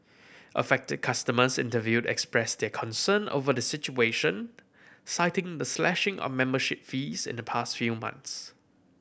affected customers interviewed expressed their concern over the situation citing the slashing of membership fees in the past few months